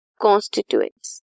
constituents